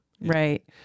Right